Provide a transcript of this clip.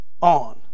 on